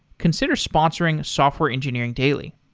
consider sponsoring software engineering daily.